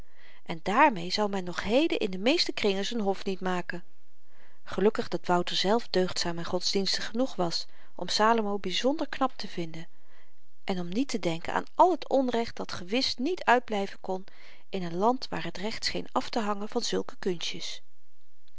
en daarmee zou men nog heden in de meeste kringen z'n hof niet maken gelukkig dat wouter zelf deugdzaam en godsdienstig genoeg was om salomo byzonder knap te vinden en om niet te denken aan al t nrecht dat gewis niet uitblyven kn in n land waar t recht scheen aftehangen van zulke kunstjes